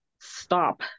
stop